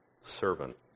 servant